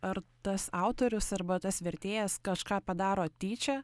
ar tas autorius arba tas vertėjas kažką padaro tyčia